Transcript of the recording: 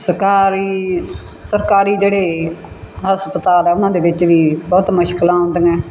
ਸਰਕਾਰੀ ਸਰਕਾਰੀ ਜਿਹੜੇ ਹਸਪਤਾਲ ਆ ਉਹਨਾਂ ਦੇ ਵਿੱਚ ਵੀ ਬਹੁਤ ਮੁਸ਼ਕਲਾਂ ਆਉਂਦੀਆਂ